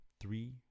three